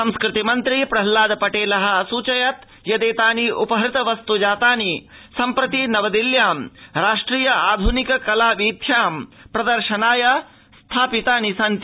संस्कृति मन्त्री प्रह्नलाद पटेल असूचयत् यदेतानि उपहृत वस्त् जातानि सम्प्रति नवदिल्ल्यां राष्ट्रिय आध्निककला वीध्यां प्रदर्शनाय स्थापितानि सन्ति